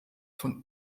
von